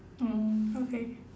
mm okay